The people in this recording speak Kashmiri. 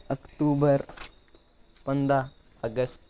اکتوٗبَر پنٛداہ اَگست